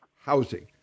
housing